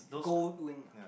gold wing ah